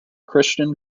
christian